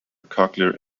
cochlear